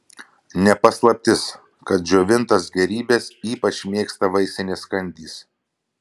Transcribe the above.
ne paslaptis kad džiovintas gėrybes ypač mėgsta vaisinės kandys